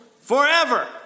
forever